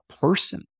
person